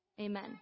Amen